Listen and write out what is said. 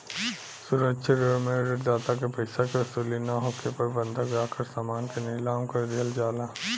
सुरक्षित ऋण में ऋण दाता के पइसा के वसूली ना होखे पर बंधक राखल समान के नीलाम कर दिहल जाला